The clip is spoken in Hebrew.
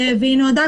היא לא נועדה,